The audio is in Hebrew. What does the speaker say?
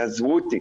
תעזבו אותי.